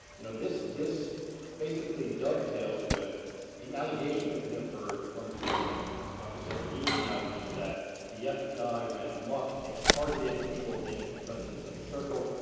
you know, this this basically dovetails with the allegations that we have heard from the president ah for several years now, which is that the fbi ran amok, it targeted people in the president's inner circle,